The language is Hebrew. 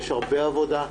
יש הרבה עבודה.